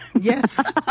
Yes